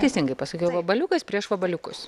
teisingai pasakiau vabaliukas prieš vabaliukus